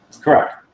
Correct